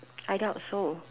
I doubt so